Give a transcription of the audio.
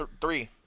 Three